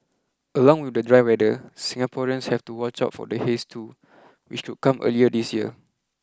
along with the dry weather Singaporeans have to watch out for the haze too which could come earlier this year